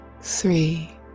Three